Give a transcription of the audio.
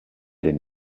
den